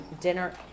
dinner